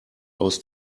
aus